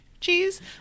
Cheese